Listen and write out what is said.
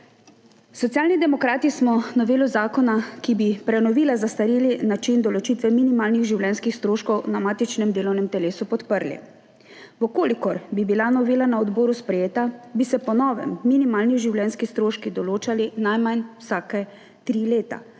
Socialni demokrati smo novelo zakona, ki bi prenovila zastareli način določitve minimalnih življenjskih stroškov, na matičnem delovnem telesu podprli. Če bi bila novela na odboru sprejeta, bi se po novem minimalni življenjski stroški določali najmanj vsaka tri leta,